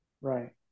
right